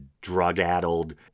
drug-addled